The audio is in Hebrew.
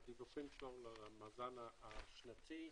המאזן השנתי,